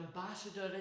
ambassador